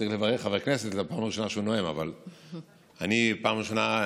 צריך לברך חבר כנסת בפעם הראשונה שהוא נואם,